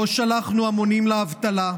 לא שלחנו המונים לאבטלה,